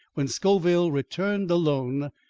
when scoville returned alone,